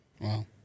Wow